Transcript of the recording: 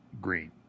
green